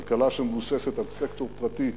כלכלה שמבוססת על סקטור פרטי תוסס,